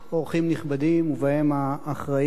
אורחים נכבדים ובהם האחראים,